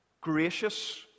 gracious